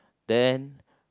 then